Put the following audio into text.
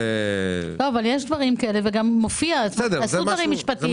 יש דברים כאלה, וגם עשו דברים משפטיים כאלה.